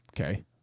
Okay